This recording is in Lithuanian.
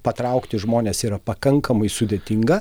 patraukti žmones yra pakankamai sudėtinga